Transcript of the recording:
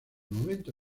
momento